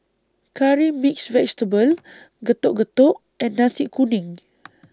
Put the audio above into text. Curry Mixed Vegetable Getuk Getuk and Nasi Kuning